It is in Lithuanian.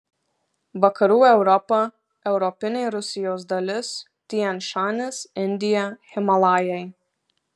vakarų europa europinė rusijos dalis tian šanis indija himalajai